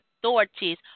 authorities